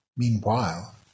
Meanwhile